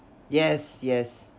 yes yes